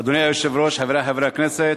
אדוני היושב-ראש, חברי חברי הכנסת,